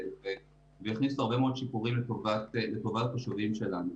והכניסו הרבה מאוד שיפורים לטובת התושבים שלנו,